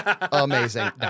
amazing